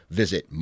visit